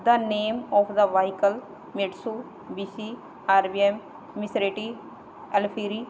the name of the vehicle Mitsubishi R V M ਮਿਸਰੇਟੀ ਅਲਫੀਰੀ